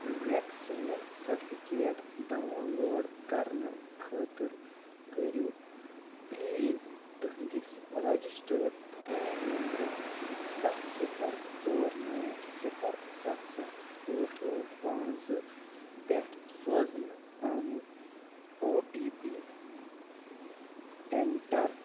vaccine certificate download کرنہٕ خٲطرٕ کٔرِو پٕلیٖز تٕہٕنٛدِس رَجِسٹٲڈ فون نمبرَس سَتھ صِفَر ژور نَو صِفَر سَتھ سَتھ ٲٹھ ٲٹھ پانٛژھ زٕ پٮ۪ٹھ سوزنہٕ آمُت او ٹی پی اٮ۪نٛٹَر